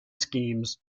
schemes